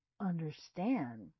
understand